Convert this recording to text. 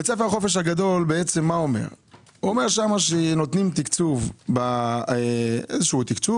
בית הספר לחופש הגדול אומר שנותנים איזשהו תקצוב,